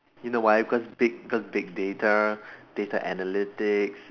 you know why because big cause big data data analytics